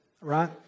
Right